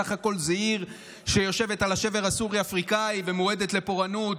סך הכול זאת עיר שיושבת על השבר הסורי-אפריקאי ומועדת לפורענות,